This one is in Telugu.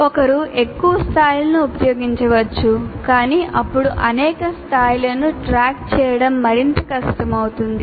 ఒకరు ఎక్కువ స్థాయిలను ఉపయోగించవచ్చు కానీ అప్పుడు అనేక స్థాయిలను ట్రాక్ చేయడం మరింత కష్టమవుతుంది